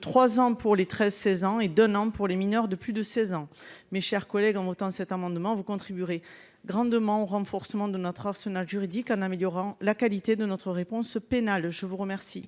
trois ans pour les 13 16 ans et un an pour les mineurs de plus de 16 ans. Mes chers collègues, en votant cet amendement, vous contribuerez grandement au renforcement de notre arsenal juridique en améliorant la qualité de notre réponse pénale. Quel